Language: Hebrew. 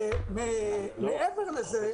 מעבר לזה,